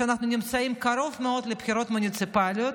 במיוחד כשאנחנו נמצאים קרוב מאוד לבחירות מוניציפליות,